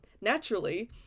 naturally